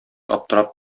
аптырап